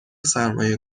سرمایه